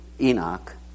Enoch